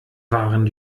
wahren